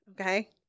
okay